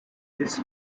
this